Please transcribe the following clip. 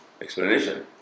explanation